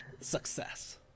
Success